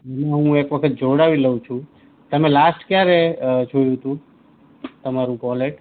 હું એકવખત જોવડાવી લઉં છું તમે લાસ્ટ ક્યારે અ જોયું હતું તમારું વૉલેટ